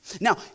Now